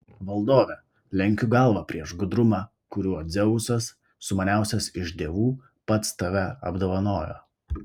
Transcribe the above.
valdove lenkiu galvą prieš gudrumą kuriuo dzeusas sumaniausias iš dievų pats tave apdovanojo